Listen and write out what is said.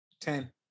Ten